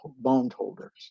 bondholders